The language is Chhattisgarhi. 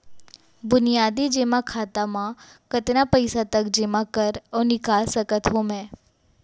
बुनियादी जेमा खाता म कतना पइसा तक जेमा कर अऊ निकाल सकत हो मैं?